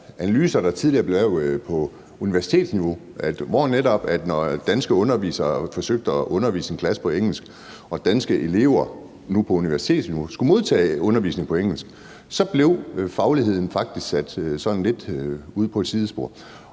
analyser, der tidligere blev lavet på universitetsniveau, der netop viste, at når danske undervisere forsøgte at undervise en klasse på engelsk og danske elever, nu på universitetsniveau, skulle modtage undervisning på engelsk, så blev fagligheden faktisk sat sådan lidt ud på et sidespor.